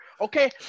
Okay